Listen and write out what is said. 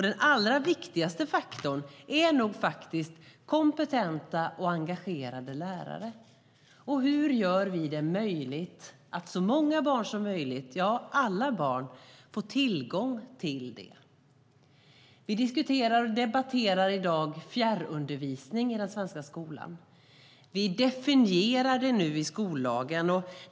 Den allra viktigaste faktorn är nog kompetenta och engagerade lärare. Hur gör vi det möjligt att så många barn som möjligt - ja, alla barn - får tillgång till det? Vi diskuterar och debatterar i dag fjärrundervisning i den svenska skolan. Vi definierar nu detta i skollagen.